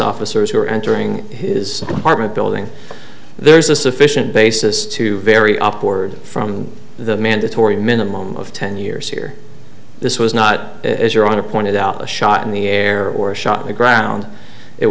officers who were entering his apartment building there is a sufficient basis to vary op word from the mandatory minimum of ten years here this was not as your honor pointed out a shot in the air or a shot in the ground it